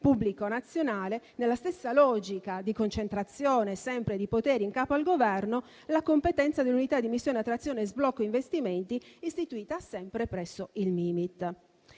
pubblico nazionale, nella stessa logica di concentrazione di poteri in capo al Governo, la competenza dell'Unità di missione attrazione e sblocco investimenti sia istituita sempre presso il Mimit.